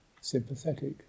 sympathetic